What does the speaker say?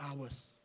hours